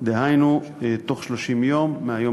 דהיינו בתוך 30 יום מהיום